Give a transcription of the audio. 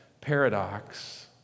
paradox